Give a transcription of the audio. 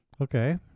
Okay